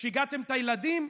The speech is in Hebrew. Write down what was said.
שיגעתם את הילדים,